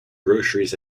groceries